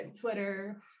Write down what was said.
Twitter